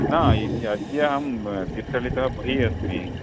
न इति अद्य अहं तिर्तळ्ळितः बहिः अस्मि